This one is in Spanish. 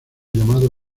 llamado